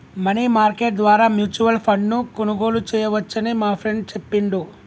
money market ద్వారా mutual ఫండ్ను కొనుగోలు చేయవచ్చని మా ఫ్రెండు చెప్పిండు